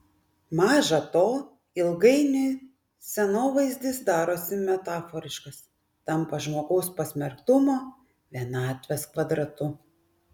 maža to ilgainiui scenovaizdis darosi metaforiškas tampa žmogaus pasmerktumo vienatvės kvadratu